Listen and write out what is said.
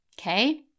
Okay